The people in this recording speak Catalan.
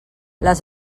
les